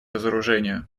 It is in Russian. разоружению